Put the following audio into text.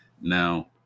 Now